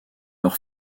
leur